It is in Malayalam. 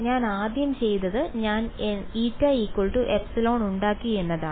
ഞാൻ ആദ്യം ചെയ്തത് ഞാൻ η ε ഉണ്ടാക്കി എന്നതാണ്